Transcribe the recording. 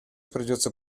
придется